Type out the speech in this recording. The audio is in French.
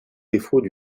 défauts